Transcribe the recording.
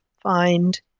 find